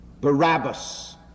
Barabbas